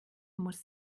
muss